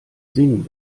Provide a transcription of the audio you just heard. singen